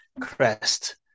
crest